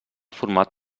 format